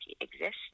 exists